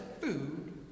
food